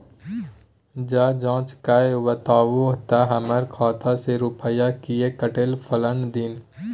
ज जॉंच कअ के बताबू त हमर खाता से रुपिया किये कटले फलना दिन?